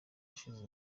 hashize